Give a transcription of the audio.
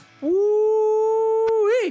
woo